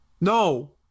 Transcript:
No